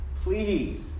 please